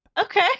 Okay